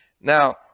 Now